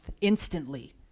instantly